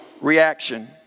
reaction